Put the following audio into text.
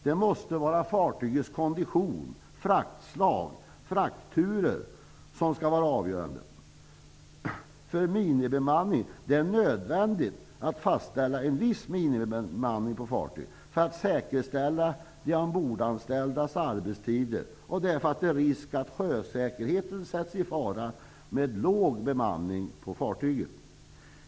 Det måste vara fartygets kondition, fraktslag och fraktturer som är avgörande. Det är nödvändigt att fastställa en viss minimibemanning på fartygen för att säkerställa de ombordanställdas arbetstider och för att det är risk att sjösäkerheten sätts ur spel med liten bemanning på fartygen.